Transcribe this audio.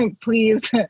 Please